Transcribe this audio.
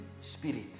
spirit